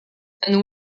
are